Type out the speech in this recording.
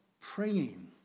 praying